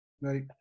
Right